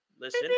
listen